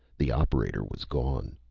the operator was gone.